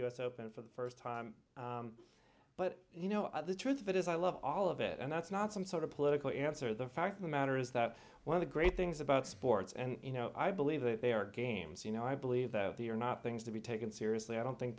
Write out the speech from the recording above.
s open for the first time but you know the truth of it is i love all of it and that's not some sort of political answer the fact of the matter is that one of the great things about sports and you know i believe that they are games you know i believe that they are not things to be taken seriously i don't think